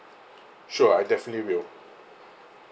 sure I definitely will